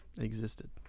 existed